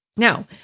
Now